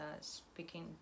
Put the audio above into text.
speaking